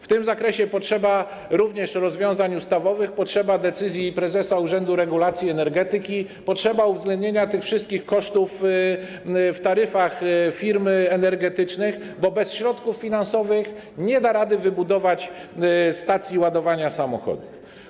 W tym zakresie potrzeba również rozwiązań ustawowych, potrzeba decyzji prezesa Urzędu Regulacji Energetyki, potrzeba uwzględnienia tych wszystkich kosztów w taryfach firmy energetycznej, bo bez środków finansowych nie da rady wybudować stacji ładowania samochodów.